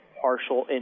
partial